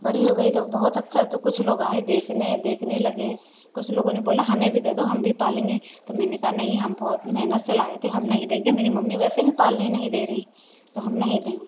बड़ी हो गई तो बहुत अच्छा तो कुछ लोग आए देखने देखने लगे कुछ लोगों ने बोला हमें भी दे दो हमें भी पालेंगे तो मैंने कहा नहीं हम बहुत मेहनत से लाए थे हम नहीं देंगे मेरी मम्मी वैसे भी पालने नहीं दे रही तो हम नहीं देंगे